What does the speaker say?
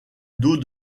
dos